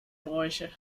bräuche